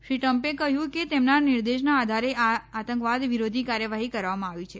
શ્રી ટ્રમો કહ્યું કે તેમના નિર્દેશના આધારે આ આતંકવાદ વિરોધી કાર્યવાહી કરવામાં આવી છે